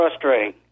frustrating